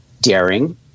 daring